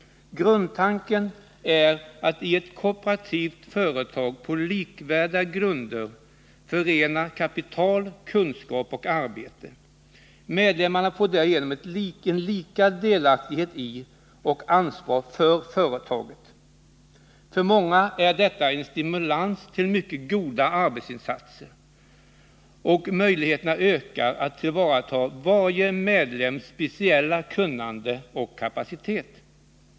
Grundtanken är att i ett kooperativt företag på likvärda grunder förena kapital, kunskap och arbete. Medlemmarna får därigenom en lika delaktighet i och ansvar för företaget. För många är detta en stimulans till mycket goda arbetsinsatser och möjligheterna ökar att tillvarata varje medlems speciella kunnande och kapacitet.